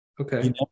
Okay